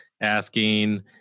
asking